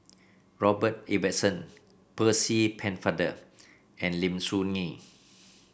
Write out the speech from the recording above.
Robert Ibbetson Percy Pennefather and Lim Soo Ngee